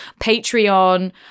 Patreon